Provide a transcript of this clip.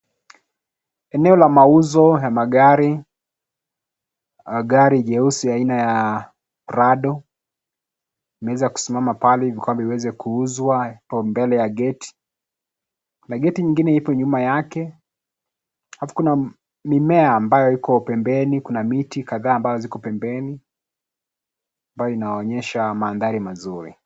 Eneo la mauzo ya magari . Gari jeusi aina ya prado imeweza kusimama pale hivi kwamba iweze kuuzwa, iko mbele ya geti. Kuna geti nyingine iko nyuma yake alafu kuna mimea ambayo iko pembeni. Kuna miti kadhaa ambazo ziko pembeni ambayo inaonyesha mandhari mazuri.